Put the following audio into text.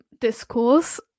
discourse